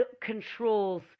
controls